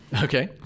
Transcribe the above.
Okay